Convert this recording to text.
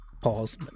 pause